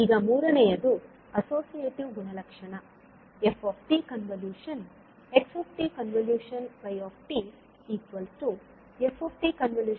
ಈಗ ಮೂರನೆಯದು ಅಸೋಸಿಯೇಟಿವ್ ಗುಣಲಕ್ಷಣ fxyfxy